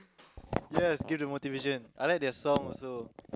yes give the motivation I like their song also